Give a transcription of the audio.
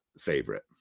favorite